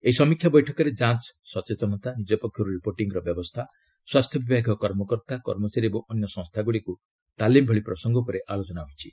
ଏହି ସମୀକ୍ଷା ବୈଠକରେ ଯାଞ୍ଚ୍ ସଚେତନତା ନିଜ ପକ୍ଷରୁ ରିପୋର୍ଟିଂର ବ୍ୟବସ୍ଥା ସ୍ୱାସ୍ଥ୍ୟ ବିଭାଗୀୟ କର୍ମକର୍ତ୍ତା କର୍ମଚାରୀ ଓ ଅନ୍ୟ ସଂସ୍ଥାମାନଙ୍କୁ ତାଲିମ୍ ଭଳି ପ୍ରସଙ୍ଗ ଉପରେ ଆଲୋଚନା ହୋଇଛି